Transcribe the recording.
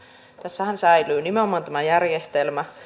tässähän säilyy nimenomaan tämä järjestelmä